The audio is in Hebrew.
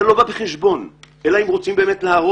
זה לא בא בחשבון, אלא אם רוצים באמת להרוס